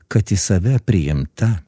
kad į save priimta